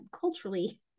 culturally